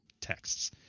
texts